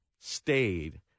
Stayed